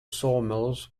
sawmills